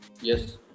Yes